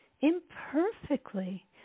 imperfectly